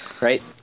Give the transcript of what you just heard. right